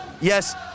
Yes